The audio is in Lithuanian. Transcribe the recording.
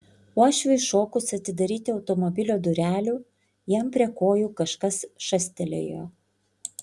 uošviui šokus atidaryti automobilio durelių jam prie kojų kažkas šastelėjo